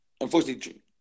Unfortunately